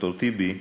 ד"ר טיבי,